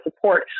support